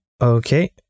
okay